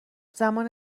زمان